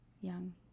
young